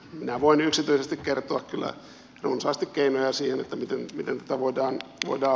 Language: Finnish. minä voin yksityisesti kertoa kyllä runsaasti keinoja siihen miten tätä voidaan hoitaa